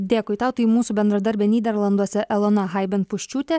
dėkui tau tai mūsų bendradarbė nyderlanduose elona haiben puščiūtė